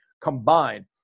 combined